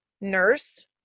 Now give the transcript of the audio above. nurse